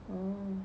oh